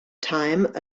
time